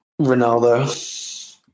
ronaldo